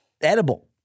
edible